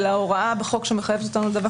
אלא הוראה בחוק שמחייבת אותנו לדווח